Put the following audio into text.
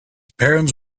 parents